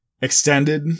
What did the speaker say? extended